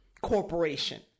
corporation